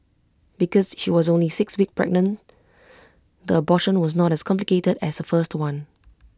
because she was only six weeks pregnant the abortion was not as complicated as her first one